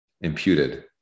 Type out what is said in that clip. imputed